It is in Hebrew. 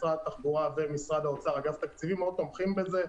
משרד התחבורה ומשרד האוצר אגף תקציבים מאוד תומכים בזה,